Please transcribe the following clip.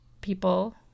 people